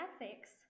ethics